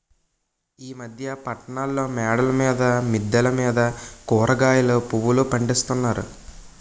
ఈ మధ్య పట్టణాల్లో మేడల మీద మిద్దెల మీద కూరగాయలు పువ్వులు పండిస్తున్నారు